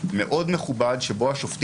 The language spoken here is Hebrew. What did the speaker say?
מצד שני,